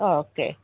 okay